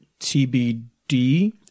TBD